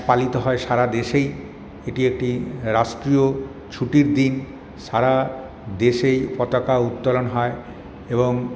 পালিত হয় সারা দেশেই এটি একটি রাষ্ট্রীয় ছুটির দিন সারা দেশেই পতাকা উত্তোলন হয় এবং